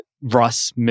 Russ